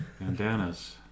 Bandanas